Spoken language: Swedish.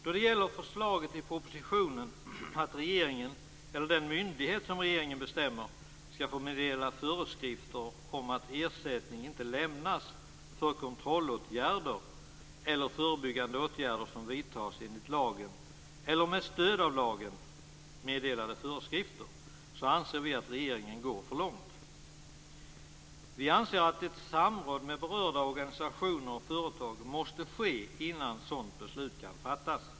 Då det gäller förslaget i propositionen, att regeringen eller den myndighet som regeringen bestämmer, skall få meddela föreskrifter om att ersättning inte lämnas för kontrollåtgärder eller förebyggande åtgärder som vidtas med stöd av lagen meddelade föreskrifter anser vi att regeringen går för långt. Vi anser att ett samråd med berörda organisationer och företag måste ske innan ett sådant beslut kan fattas.